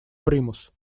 примус